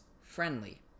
friendly